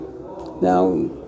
Now